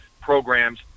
programs